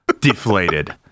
deflated